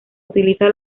utiliza